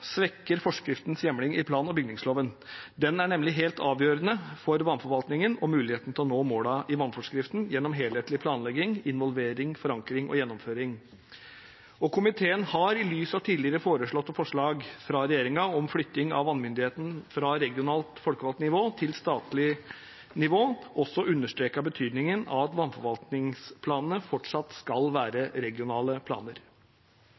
svekker forskriftens hjemling i plan- og bygningsloven. Den er nemlig helt avgjørende for vannforvaltningen og muligheten til å nå målene i vannforskriften gjennom helhetlig planlegging, involvering, forankring og gjennomføring. Komiteen har i lys av tidligere foreslåtte forslag fra regjeringen om flytting av vannmyndigheten fra regionalt folkevalgt nivå til statlig nivå også understreket betydningen av at vannforvaltningsplanene fortsatt skal være regionale planer.